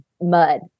mud